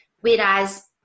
Whereas